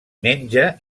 menja